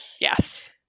Yes